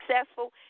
successful